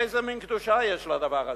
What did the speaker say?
איזה מין קדושה יש לדבר הזה?